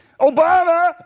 Obama